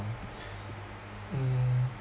mm